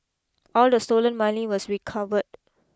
all the stolen money was recovered